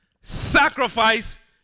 sacrifice